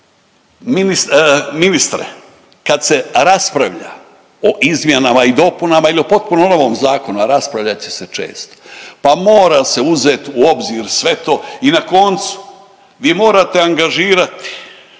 ministre kad se raspravlja o izmjenama i dopunama ili o potpuno novom zakonu, a raspravljat će se često, pa mora se uzeti u obzir sve to i na koncu vi morate angažirati,